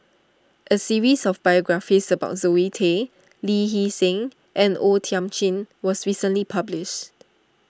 a series of biographies about Zoe Tay Lee Hee Seng and O Thiam Chin was recently published